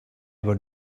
were